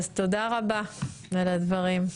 אז תודה רבה על הדברים.